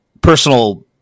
personal